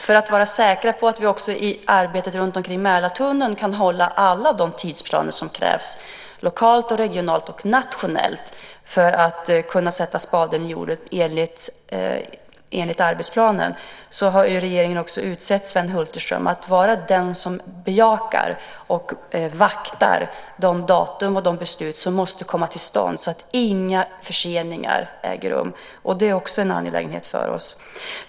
För att vara säkra på att vi också i arbetet runtomkring Mälartunneln kan hålla alla de tidsplaner som krävs, lokalt, regionalt och nationellt, för att kunna sätta spaden i jorden enligt arbetsplanen har regeringen också utsett Sven Hulterström att vara den som bejakar och vaktar de datum och de beslut som måste komma till stånd så att inga förseningar äger rum. Det är också en angelägenhet för oss.